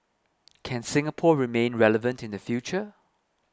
can Singapore remain relevant in the future